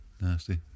Nasty